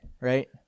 Right